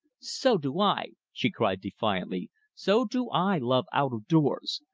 so do i! she cried defiantly, so do i love out-of-doors!